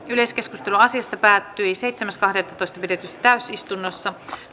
yleiskeskustelu asiasta päättyi seitsemäs kahdettatoista kaksituhattakuusitoista pidetyssä täysistunnossa